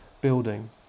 building